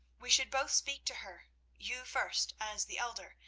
we should both speak to her you first, as the elder,